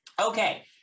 Okay